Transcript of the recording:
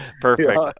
Perfect